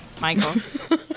Michael